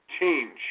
change